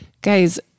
guys